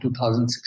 2016